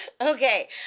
Okay